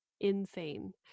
Insane